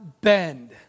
bend